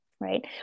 right